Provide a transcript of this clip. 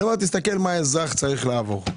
תסתכל מה אזרח צריך לעבור: